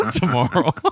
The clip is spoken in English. tomorrow